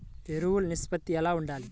ఎరువులు నిష్పత్తి ఎలా ఉండాలి?